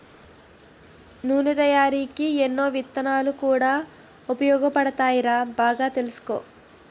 నూనె తయారికీ ఎన్నో విత్తనాలు కూడా ఉపయోగపడతాయిరా బాగా తెలుసుకో